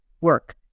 work